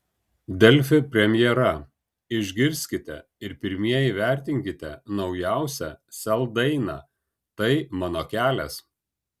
delfi premjera išgirskite ir pirmieji įvertinkite naujausią sel dainą tai mano kelias